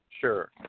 Sure